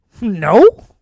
No